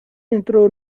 entrou